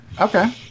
Okay